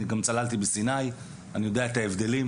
אני צללתי גם בסיני, ויודע את ההבדלים.